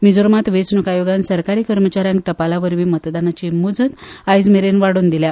मिझोरामांत वेंचणूक आयोगान सरकारी कर्मचाऱ्यांक टपाला वरवीं मतदानाची मूजत आयज मेरेन वाडोवन दिल्या